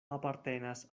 apartenas